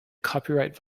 copyright